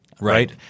right